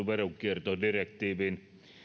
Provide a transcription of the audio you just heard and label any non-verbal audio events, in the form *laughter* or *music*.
*unintelligible* veronkiertodirektiiviin